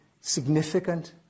significant